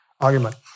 argument